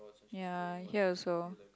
ya here also